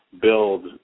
build